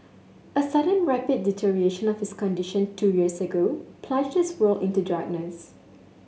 a sudden rapid deterioration of his condition two years ago plunged his world into darkness